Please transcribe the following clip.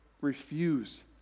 refuse